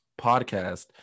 podcast